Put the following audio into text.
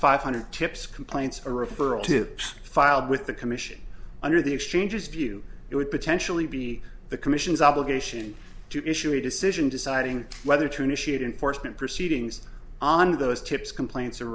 five hundred tips complaints or referral to filed with the commission under the exchanges view it would potentially be the commission's obligation to issue a decision deciding whether to initiate enforcement proceedings on those tips complaints